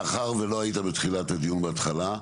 מאחר שלא היית בתחילת הדיון בהתחלה,